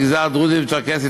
מגזר דרוזי וצ'רקסי,